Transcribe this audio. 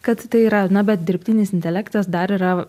kad tai yra na bet dirbtinis intelektas dar yra